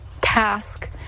task